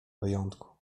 wyjątku